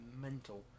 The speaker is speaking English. mental